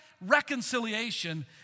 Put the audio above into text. reconciliation